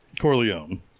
corleone